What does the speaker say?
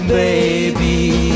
baby